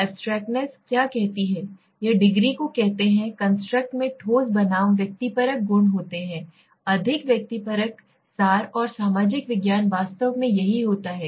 abstractness क्या कहती है यह डिग्री को कहते हैं कंस्ट्रक्ट में ठोस बनाम व्यक्तिपरक गुण होते हैं अधिक व्यक्तिपरक सार और सामाजिक विज्ञान वास्तव में यही होता है